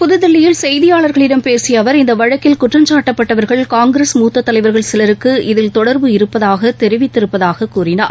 புத்தில்லியில் செய்தியாளர்களிடம் பேசிய அவர் இந்த வழக்கில் குற்றம் சாட்டப்பட்டவர்கள் காங்கிரஸ் மூத்த தலைவர்கள் சிலருக்கு இதில் தொடர்பு இருப்பதாக தெரிவித்திருப்பதாகக் கூறினார்